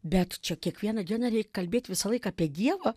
bet čia kiekvieną dieną reik kalbėti visą laiką apie dievą